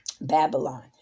Babylon